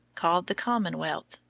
called the commonwealth,